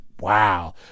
wow